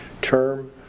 term